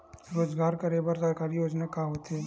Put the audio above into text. रोजगार करे बर सरकारी योजना का का होथे?